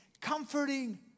comforting